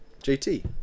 JT